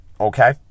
Okay